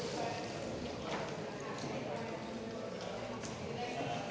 Tak.